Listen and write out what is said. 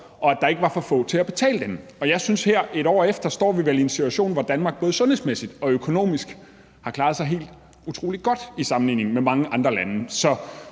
og at der ikke var for få til at betale den. Jeg synes, at vi vel her et år efter står i en situation, hvor Danmark både sundhedsmæssigt og økonomisk har klaret sig helt utrolig godt i sammenligning med mange andre lande.